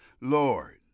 Lord